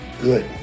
good